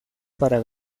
para